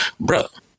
Bruh